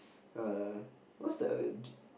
err what's the g~